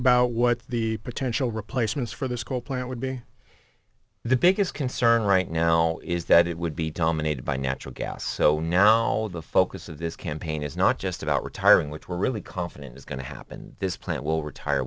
about what the potential replacements for the school plant would be the biggest concern right now is that it would be dominated by natural gas so now the focus of this campaign is not just about retiring which we're really confident is going to happen this plant will retire